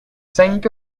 cinq